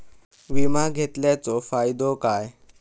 विमा घेतल्याचो फाईदो काय?